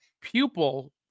pupil